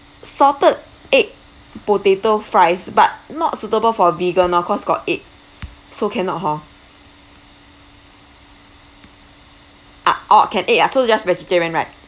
salted egg potato fries but not suitable for vegan lah cause got egg so cannot hor ah orh can egg ah so just vegetarian right